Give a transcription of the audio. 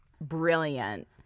brilliant